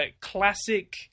classic